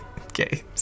Okay